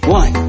one